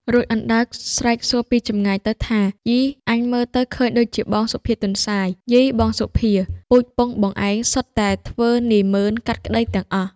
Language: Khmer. រួចអណ្ដើកស្រែកសួរពីចម្ងាយទៅថា៖ "យី! អញមើលទៅឃើញដូចជាបងសុភាទន្សាយ យីបងសុភា! ពូជពង្សបងឯងសុទ្ធតែធ្វើនាម៉ឺនកាត់ក្តីទាំងអស់។